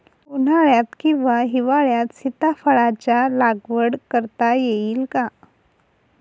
उन्हाळ्यात किंवा हिवाळ्यात सीताफळाच्या लागवड करता येईल का?